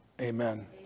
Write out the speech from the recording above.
Amen